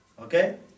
Okay